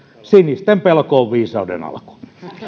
sinisten pelko on viisauden alku